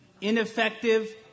ineffective